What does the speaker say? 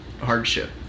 hardship